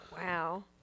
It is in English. Wow